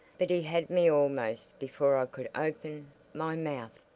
but he had me almost before i could open my mouth.